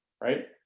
right